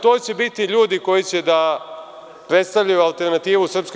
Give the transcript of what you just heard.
To će biti ljudi koje će da predstavljaju alternativu SNS.